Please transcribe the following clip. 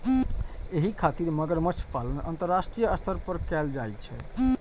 एहि खातिर मगरमच्छ पालन अंतरराष्ट्रीय स्तर पर कैल जाइ छै